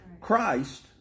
Christ